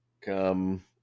come